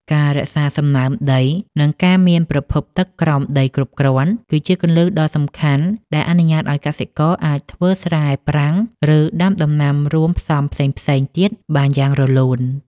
ការរក្សាសំណើមដី និងការមានប្រភពទឹកក្រោមដីគ្រប់គ្រាន់ គឺជាគន្លឹះដ៏សំខាន់ដែលអនុញ្ញាតឱ្យកសិករអាចធ្វើស្រែប្រាំង ឬដាំដំណាំរួមផ្សំផ្សេងៗទៀតបានយ៉ាងរលូន។